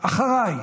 "אחריי".